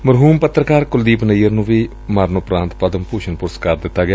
ਮਰਹੁਮ ਪੱਤਰਕਾਰ ਕੁਲਦੀਪ ਨਈਅਰ ਨੂੰ ਵੀ ਮਰਨਉਪਰਾਂਤ ਪਦਮ ਭੂਸ਼ਨ ਪੁਰਸਕਾਰ ਦਿੱਡਾ ਗਿਆ